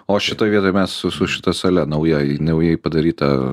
o šitoj vietoj mes su su šita sale nauja naujai padaryta